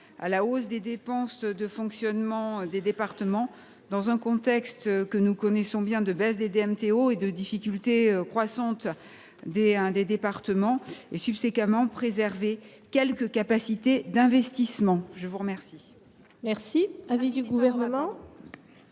à la hausse des dépenses de fonctionnement de ces collectivités, dans un contexte, que nous connaissons bien, de baisse du produit des DMTO et de difficultés croissantes des départements, et, subséquemment, de préserver quelques capacités d’investissement. La commission